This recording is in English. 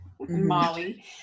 Molly